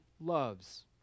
loves